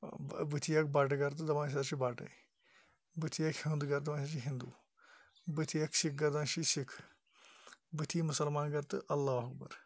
بٕتھِ یِیَکھ بَٹہٕ گَر تہٕ دَپَن أسۍ حظ چھِ بَٹَے بٕتھِ یِیَکھ ہِیوٚنٛد گَر تہٕ دَپَن أسۍ حظ چھِ ہِنٛدوٗ بٕتھِ یِیَکھ سِکہٕ گَر دَپَن أسۍ حظ چھِ سِکھ بٕتھِ یِی مُسَلمان گَر تہٕ اللہ اکبَر